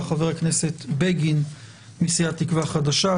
חבר הכנסת בגין מסיעת תקווה חדשה,